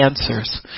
answers